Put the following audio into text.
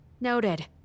Noted